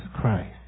Christ